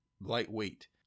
lightweight